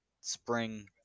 spring